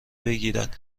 بگیرد